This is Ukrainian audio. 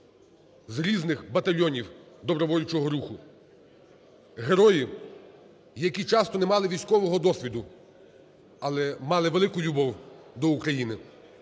з різних батальйонів добровольчого руху. Герої, які часто не мали військового досвіду, але мали велику любов до України.